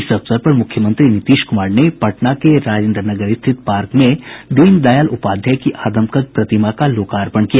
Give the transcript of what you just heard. इस अवसर पर मुख्यमंत्री नीतीश कुमार ने पटना के राजेन्द्र नगर स्थित पार्क में दीन दयाल उपाध्याय की आदमकद प्रतिमा का लोकार्पण किया